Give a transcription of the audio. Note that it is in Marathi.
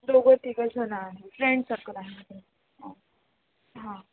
दोघं तिघं जणं आहे फ्रेंड सर्कल आहे हां हां